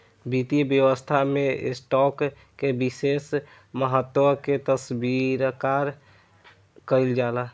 वित्तीय व्यवस्था में स्टॉक के विशेष महत्व के स्वीकार कईल जाला